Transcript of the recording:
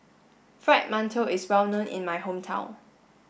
fried Mantou is well known in my hometown